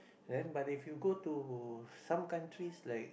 then but if you go to some countries like